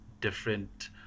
different